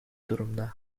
durumda